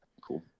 cool